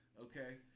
Okay